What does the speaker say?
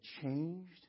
changed